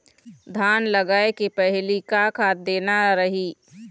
धान लगाय के पहली का खाद देना रही?